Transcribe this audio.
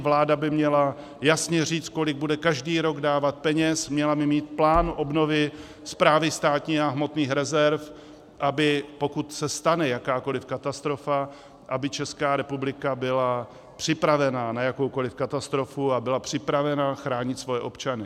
Vláda by měla jasně říct, kolik bude každý rok dávat peněz, měla by mít plán obnovy Správy státních hmotných rezerv, aby pokud se stane jakákoliv katastrofa, byla Česká republika připravena na jakoukoliv katastrofu a byla připravena chránit svoje občany.